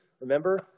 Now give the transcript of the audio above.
Remember